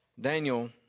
Daniel